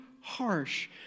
harsh